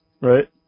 Right